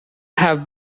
have